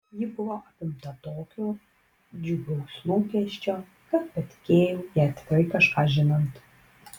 ji buvo apimta tokio džiugaus lūkesčio kad patikėjau ją tikrai kažką žinant